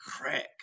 crack